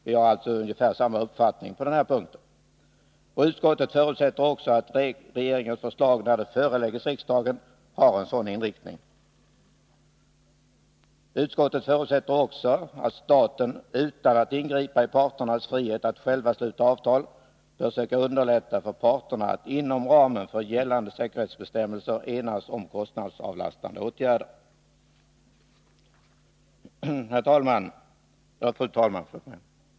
Vi har alltså ungefär samma uppfattning på denna punkt. Utskottet förutsätter också att regeringens förslag, när det föreläggs riksdagen, har en sådan inriktning. Utskottet förutsätter också att staten, utan att ingripa i parternas frihet att själva sluta avtal, bör söka underlätta för parterna att inom ramen för gällande säkerhetsbestämmelser enas om kostnadsavlastande åtgärder. Fru talman!